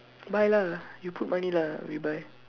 buy lah you put money lah we buy